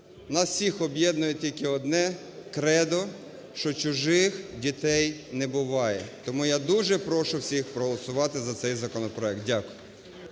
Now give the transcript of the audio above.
нас всіх об'єднує тільки одне кредо, що чужих дітей не буває. Тому я дуже прошу всіх проголосувати за цей законопроект. Дякую.